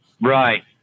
Right